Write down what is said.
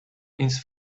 ins